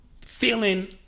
Feeling